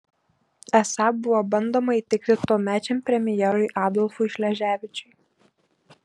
esą buvo bandoma įtikti tuomečiam premjerui adolfui šleževičiui